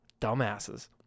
Dumbasses